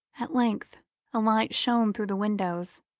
at length a light shone through the windows,